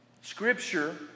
Scripture